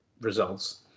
results